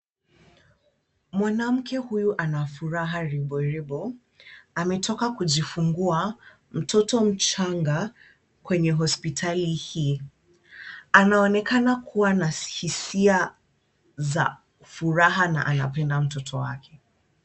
Mwanamke huyu ana furaha riboribo. Ametoka kujifungua mtoto mchanga kwenye hospitali hii. Anaonekana kuwa na hisia za furaha na anapenda mtoto wake.